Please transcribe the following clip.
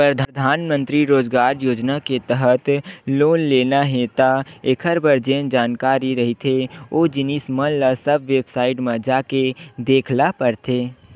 परधानमंतरी रोजगार योजना के तहत लोन लेना हे त एखर बर जेन जरुरी जानकारी रहिथे ओ जिनिस मन ल सब बेबसाईट म जाके देख ल परथे